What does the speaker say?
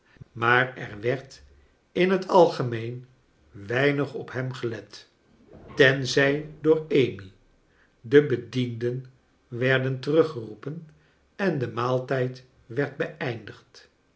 maar er werd in net algemeen weinig op hem gelet tenzij door amy de bedienden werden teruggeroepen en de maaltijd werd beeindigd